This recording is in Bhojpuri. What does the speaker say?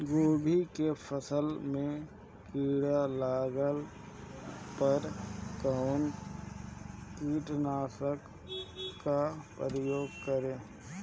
गोभी के फसल मे किड़ा लागला पर कउन कीटनाशक का प्रयोग करे?